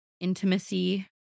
intimacy